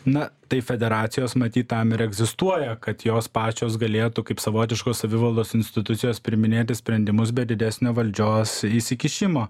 na tai federacijos matyt tam ir egzistuoja kad jos pačios galėtų kaip savotiškos savivaldos institucijos priiminėti sprendimus be didesnio valdžios įsikišimo